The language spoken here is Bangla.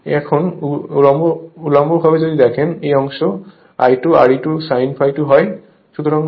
এখন উল্লম্বভাবে যদি দেখেন যে এই অংশ I2 Re2 Sin ∅2 হয়